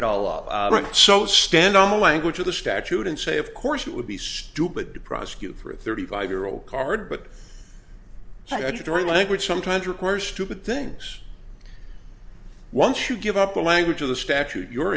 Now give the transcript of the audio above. it all right so stand on the language of the statute and say of course it would be stupid to prosecute for a thirty five year old card but i do during language sometimes require stupid things once you give up the language of the statute you're